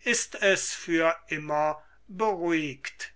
ist es für immer beruhigt